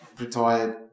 retired